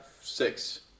six